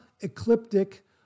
Ecliptic